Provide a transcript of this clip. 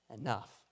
enough